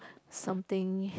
something